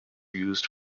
used